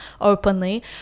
openly